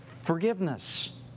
Forgiveness